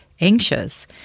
anxious